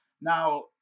Now